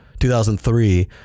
2003